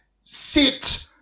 Sit